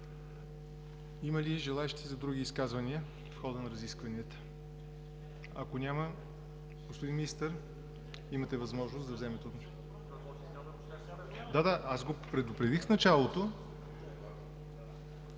Има ли желаещи за други изказвания в хода на разискванията? Ако няма, господин Министър, имате възможност да вземете отношение. (Шум и реплики.) Да, аз го предупредих в началото.